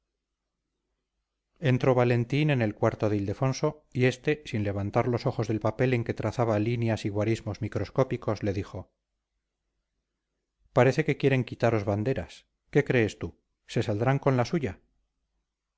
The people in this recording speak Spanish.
entró valentín en el cuarto de ildefonso y este sin levantar los ojos del papel en que trazaba líneas y guarismos microscópicos le dijo parece que quieren quitaros banderas qué crees tú se saldrán con la suya